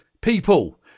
people